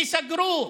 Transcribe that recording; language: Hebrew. ייסגרו,